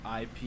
IP